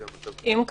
אם,